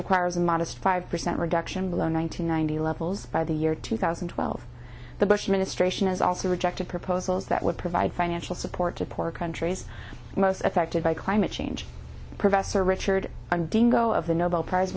requires a modest five percent reduction below one thousand nine hundred levels by the year two thousand and twelve the bush administration has also rejected proposals that would provide financial support to poor countries most affected by climate change professor richard dean go of the nobel prize